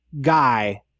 guy